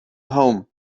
home